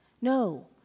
no